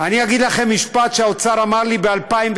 אני אגיד לכם משפט שהאוצר אמר לי ב-2008: